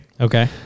Okay